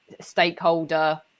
stakeholder